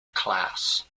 class